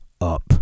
up